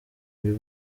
uyu